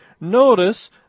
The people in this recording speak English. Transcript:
Notice